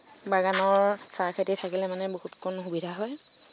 বাগানৰ চাহ খেতি থাকিলে মানে বহুত কণ সুবিধা হয়